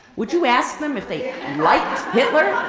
would you ask them if they liked hitler?